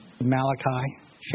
Malachi